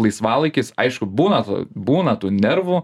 laisvalaikis aišku būna būna tų nervų